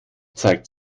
zeigt